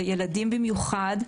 וילדים במיוחד,